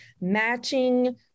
matching